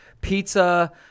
pizza